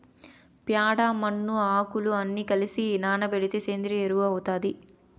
ప్యాడ, మన్ను, ఆకులు అన్ని కలసి నానబెడితే సేంద్రియ ఎరువు అవుతాది